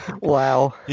Wow